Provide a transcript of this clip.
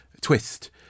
twist